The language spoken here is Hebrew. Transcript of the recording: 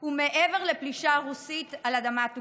הוא מעבר לפלישה רוסית על אדמת אוקראינה.